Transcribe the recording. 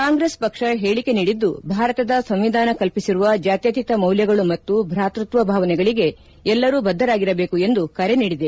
ಕಾಂಗ್ರೆಸ್ ಪಕ್ಷ ಹೇಳಕೆ ನೀಡಿದ್ದು ಭಾರತದ ಸಂವಿಧಾನ ಕಲ್ಪಿಸಿರುವ ಜಾತ್ಯತೀತ ಮೌಲ್ಯಗಳು ಮತ್ತು ಭಾತೃತ್ವ ಭಾವನೆಗಳಿಗೆ ಎಲ್ಲರೂ ಬದ್ದರಾಗಿರಬೇಕು ಎಂದು ಕರೆ ನೀಡಿದೆ